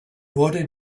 wurde